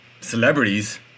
celebrities